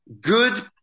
good